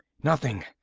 nothing,